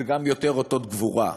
וגם יותר אותות גבורה,